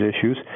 issues